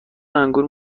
انگور